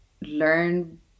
learn